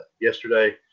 yesterday